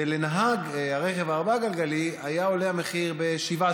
ולנהג הרכב הארבעה-גלגלי היה עולה המחיר בשבעה